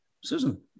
Susan